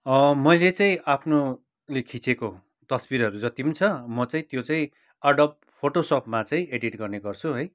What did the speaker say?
मैले चाहिँ आफ्नोले खिचेको तस्बिरहरू जति पनि छ म चाहिँ त्यो चाहिँ एडोब फोटोसपमा चाहिँ एडिट गर्ने गर्छु है